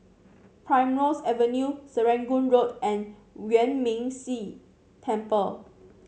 Primrose Avenue Serangoon Road and Yuan Ming Si Temple